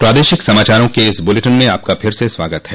प्रादेशिक समाचारों के इस बुलेटिन में आपका फिर से स्वागत है